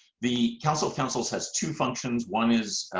the council of councils has two functions. one is